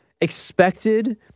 expected